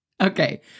Okay